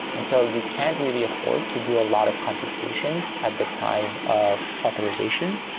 and so you can't really afford to do a lot of computation at the time of authorization.